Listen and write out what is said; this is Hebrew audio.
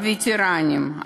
הווטרנים,